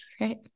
Right